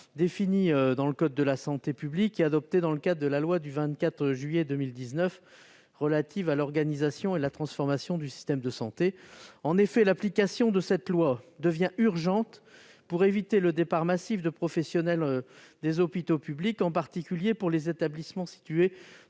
L. 6152-5-1 du code de la santé publique et adoptées dans le cadre de la loi du 24 juillet 2019 relative à l'organisation et à la transformation du système de santé. En effet, l'application de cette loi devient urgente pour éviter le départ massif de professionnels des hôpitaux publics, en particulier pour les établissements situés